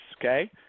Okay